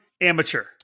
amateur